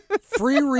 Free